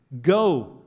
Go